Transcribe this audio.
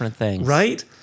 right